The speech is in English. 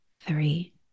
three